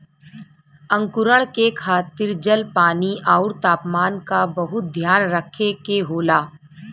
अंकुरण के खातिर जल, पानी आउर तापमान क बहुत ध्यान रखे के होला